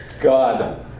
God